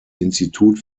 institut